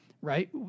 right